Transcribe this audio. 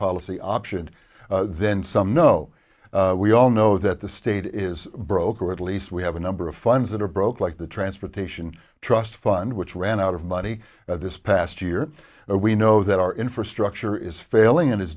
policy option then some know we all know that the state is broke or at least we have a number of funds that are broke like the transportation trust fund which ran out of money this past year we know that our infrastructure is failing and i